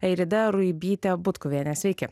airida ruibyte butkuviene sveiki